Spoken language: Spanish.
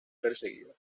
perseguida